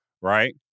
right